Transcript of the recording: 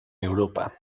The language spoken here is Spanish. europa